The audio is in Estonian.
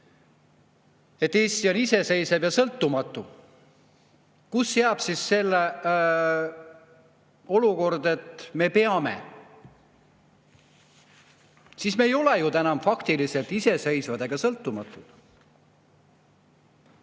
et Eesti on iseseisev ja sõltumatu. Kust [tuleb] selline olukord, et me peame? Siis me ei ole ju enam faktiliselt iseseisvad ega sõltumatud.